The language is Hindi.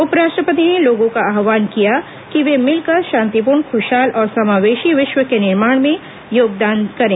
उपराष्ट्रपति ने लोगों का आह्वान किया कि वे मिलकर शांतिपूर्ण खुशहाल और समावेशी विश्व के निर्माण में योगदान करें